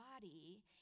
body